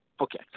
Okay